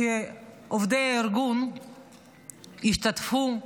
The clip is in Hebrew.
שעובדי הארגון השתתפו אקטיבית,